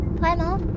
vraiment